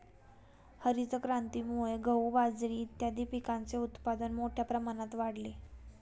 हरितक्रांतीमुळे गहू, बाजरी इत्यादीं पिकांचे उत्पादन मोठ्या प्रमाणात वाढले